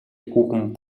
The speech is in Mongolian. хүүхэн